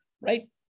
right